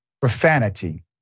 profanity